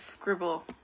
scribble